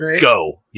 Go